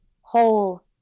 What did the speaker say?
whole